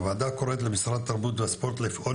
הוועדה קוראת למשרד התרבות והספורט לפעול